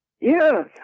Yes